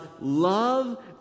love